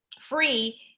free